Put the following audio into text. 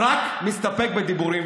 רק מסתפק בדיבורים.